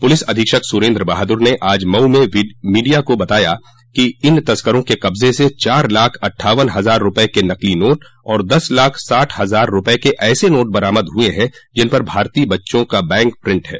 police अधीक्षक सुरेन्द्र बहादुर ने आज मऊ में मीडिया को बताया कि इन तस्करों के कब्जे से चार लाख अठ्ठावन हजार रूपये के नकली नोट और दस लाख साठ हजार रूपये के ऐसे नोट बरामद हुए हैं जिन पर भारतीय बच्चों का बैंक प्रिंट है